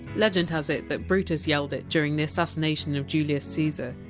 legend has it that brutus yelled it during the assassination of julius caesar.